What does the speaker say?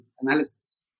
analysis